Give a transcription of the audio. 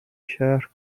شهر